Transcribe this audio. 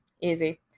easy